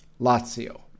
Lazio